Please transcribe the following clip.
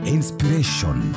Inspiration